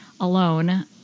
alone